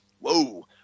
Whoa